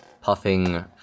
puffing